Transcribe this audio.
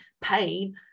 pain